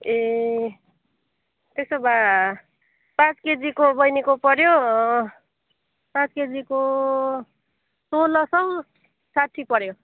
ए त्यसो भए पाँच केजीको बैनीको पऱ्यो पाँच केजीको सोह्र सौ साठी पऱ्यो